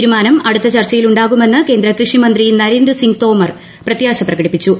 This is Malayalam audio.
തീരുമാനം അടുത്ത ചർച്ചയിലുണ്ടാകുമെന്ന് കേന്ദ്ര കൃഷി മന്ത്രി നരേന്ദ്ര സിംഗ് തോമർ പ്രത്യാശ പ്രകടിപ്പിച്ചു